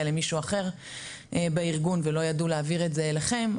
למישהו אחר בארגון ולא ידעו להעביר את זה אליכם,